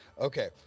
Okay